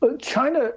China